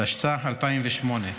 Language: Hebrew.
התשס"ח 2008,